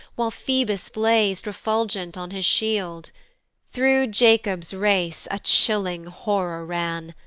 while phoebus blaz'd refulgent on his shield through jacob's race a chilling horror ran,